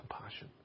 compassion